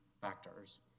factors